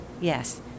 yes